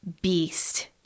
beast